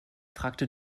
fragte